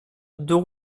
deux